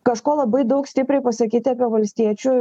kažko labai daug stipriai pasakyti apie valstiečių